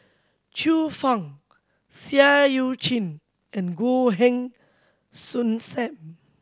Xiu Fang Seah Eu Chin and Goh Heng Soon Sam